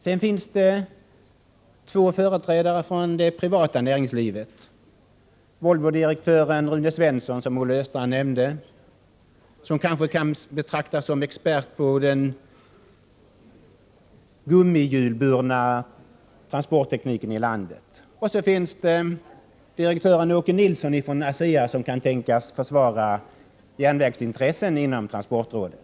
Vidare finns där två företrädare för det privata näringslivet, nämligen Volvodirektören Rune Svensson som Olle Östrand nämnde, som kanske kan betraktas som expert på den gummihjulsburna transporttekniken i landet, och direktören Åke Nilsson från ASEA som kan tänkas försvara järnvägsintressen inom transportrådet.